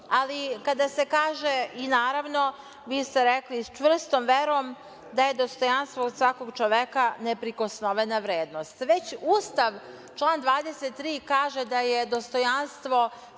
Ali, kada se kaže. i naravno, vi ste rekli - s čvrstom verom da je dostojanstvo svakog čoveka neprikosnovena vrednost. Već Ustav, član 23. kaže da je dostojanstvo